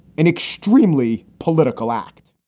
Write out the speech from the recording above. an extremely political act